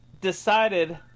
decided